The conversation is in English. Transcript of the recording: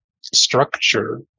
structure